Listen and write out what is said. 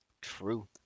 True